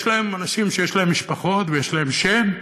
אנשים שיש להם משפחות ויש להם שם,